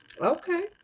Okay